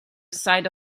side